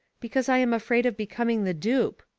because i am afraid of becoming the dupe.